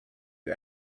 you